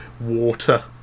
water